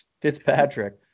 Fitzpatrick